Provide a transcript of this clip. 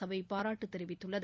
சபை பாராட்டு தெரிவித்துள்ளது